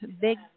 big